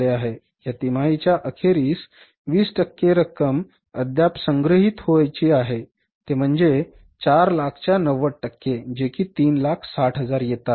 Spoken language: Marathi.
तर या तिमाहीच्या अखेरीस 20 टक्के रक्कम अद्याप संग्रहित होयची आहे ते म्हणजे 400000 च्या 90 टक्के जे कि 360000 येतात